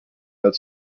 als